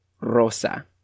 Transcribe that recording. rosa